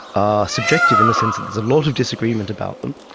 are subjective in the sense that there's a lot of disagreement about them.